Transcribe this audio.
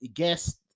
guest